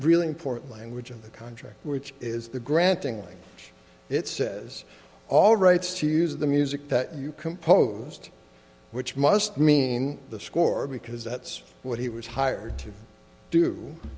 really important language of the contract which is the granting it says all rights to use the music that you composed which must mean the score because that's what he was hired to